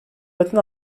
latin